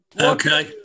Okay